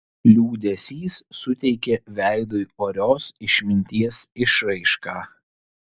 liūdesys suteikė veidui orios išminties išraišką